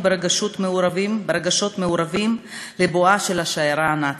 ברגשות מעורבים לבואה של השיירה הנאצית.